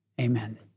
amen